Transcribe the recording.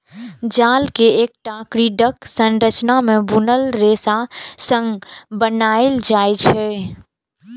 जाल कें एकटा ग्रिडक संरचना मे बुनल रेशा सं बनाएल जाइ छै